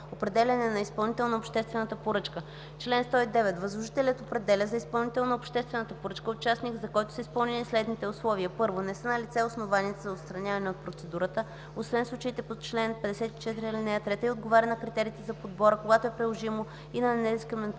„Определяне на изпълнител на обществената поръчка Чл. 109. Възложителят определя за изпълнител на поръчката участник, за когото са изпълнени следните условия: 1. не са налице основанията за отстраняване от процедурата, освен в случаите по чл. 54, ал. 3, и отговаря на критериите за подбор, а когато е приложимо – и на недискриминационните